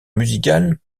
musical